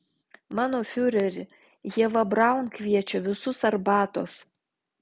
mano fiureri ieva braun kviečia visus arbatos